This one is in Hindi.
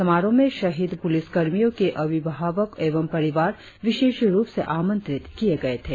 समारोह में शहिद पुलिसकर्मियों के अभिभावक एवं परिवार विशेष रुप से आमंत्रित किए गए थे